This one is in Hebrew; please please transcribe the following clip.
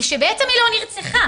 ושבעצם היא לא נרצחה.